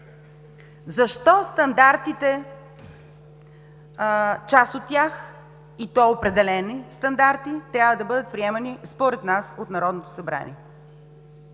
Защо стандартите – част от тях и то определени стандарти, трябва да бъдат приемани според нас от Народното събрание?